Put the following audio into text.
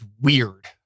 weird